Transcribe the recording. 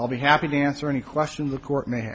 i'll be happy to answer any questions the court ma